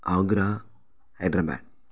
Agra Hyderabad